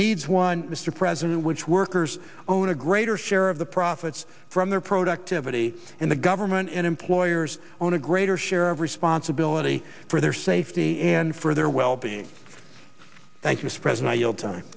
needs one mr president which workers own a greater share of the profits from their productivity and the government and employers own a greater share of responsibility for their safety and for their well being t